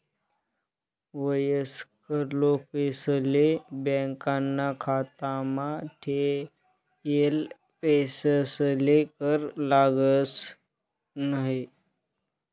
वयस्कर लोकेसले बॅकाना खातामा ठेयेल पैसासले कर लागस न्हयी